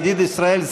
ידיד ישראל,